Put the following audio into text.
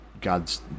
God's